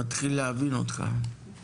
שבה צריך לעמוד ביעדים,